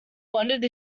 wondered